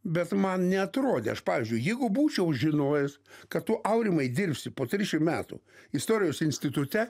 bet man neatrodė aš pavyzdžiui jeigu būčiau žinojęs kad tu aurimai dirbsi po trisdešim metų istorijos institute